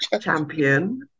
champion